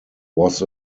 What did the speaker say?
was